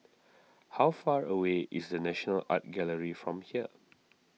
how far away is the National Art Gallery from here